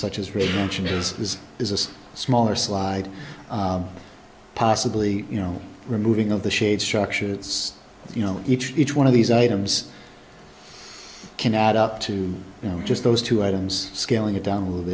such as retention is this is a smaller slide possibly you know removing of the shade structure it's you know each each one of these items can add up to you know just those two items scaling it down